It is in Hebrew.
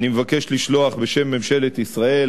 אני מבקש לשלוח בשם ממשלת ישראל,